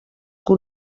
que